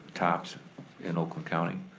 tops in oakland county,